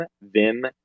Vim